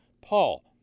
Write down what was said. Paul